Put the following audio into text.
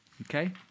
okay